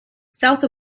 south